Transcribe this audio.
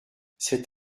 cet